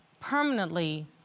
permanently